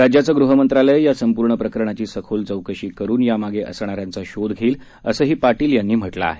राज्याचं गृहमंत्रालय या संपूर्ण प्रकरणाची सखोल चौकशी करून या मागे असणाऱ्याचा शोध घेईल असंही पाटील यांनी म्हटलं आहे